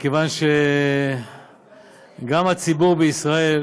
מכיוון שגם הציבור בישראל